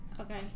Okay